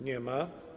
Nie ma.